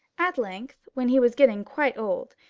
at length, when he was getting quite old,